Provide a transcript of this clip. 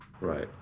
right